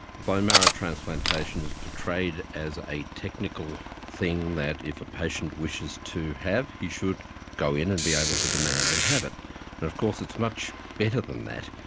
bone marrow transplantation was portrayed as a technical thing that if a patient wishes to have he should go in and be able to demand and have it. and of course it's much better than that.